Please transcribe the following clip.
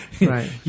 Right